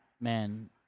Man